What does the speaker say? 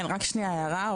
כן, רק הערה, שנייה.